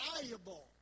valuable